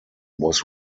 was